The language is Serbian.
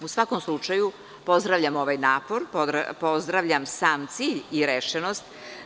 U svakom slučaju, pozdravljam ovaj napor, pozdravljam sam cilj i rešenost.